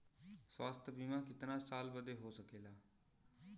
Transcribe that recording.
स्वास्थ्य बीमा कितना साल बदे हो सकेला?